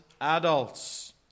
adults